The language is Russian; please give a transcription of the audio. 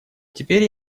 теперь